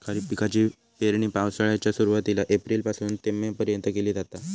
खरीप पिकाची पेरणी पावसाळ्याच्या सुरुवातीला एप्रिल पासून ते मे पर्यंत केली जाता